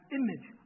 image